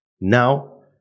Now